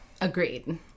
Agreed